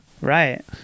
Right